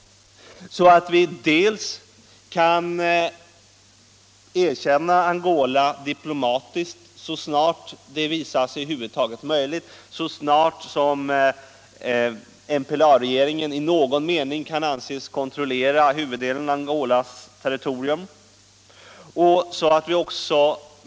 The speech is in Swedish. Vi bör erkänna Angola diplomatiskt så snart det över huvud taget visar sig möjligt, så snart som MPLA-regeringen i någon mening kan anses kontrollera huvuddelen av Angolas territorium.